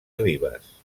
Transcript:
ribes